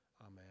Amen